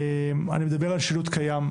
אני מדבר על שילוט קיים,